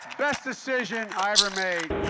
best decision i ever made,